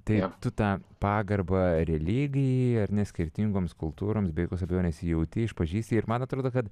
tai tu tą pagarbą religijai ar ne skirtingoms kultūroms be jokios abejonės jauti išpažįsti ir man atrodo kad